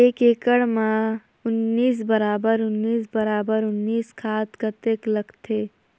एक एकड़ मे उन्नीस बराबर उन्नीस बराबर उन्नीस खाद कतेक लगथे?